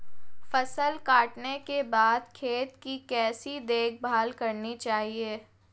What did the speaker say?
फसल काटने के बाद खेत की कैसे देखभाल करनी चाहिए?